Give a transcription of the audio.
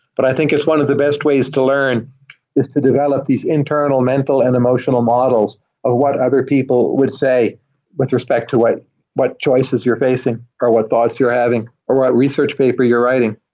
but i think it's one of the best ways to learn is to develop these internal mental and emotional models of what other people would say with respect to what what choices you're facing or what thoughts you're having or what research paper you're writing.